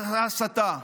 ההסתה?